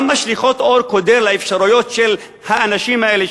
גם משליכות אור קודר על האפשרויות של האנשים האלה,